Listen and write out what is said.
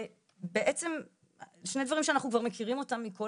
בעצם שני דברים שאנחנו כבר מכירים מכל